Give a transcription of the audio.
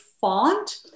font